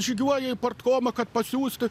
žygiuoja į partkomą kad pasiųsti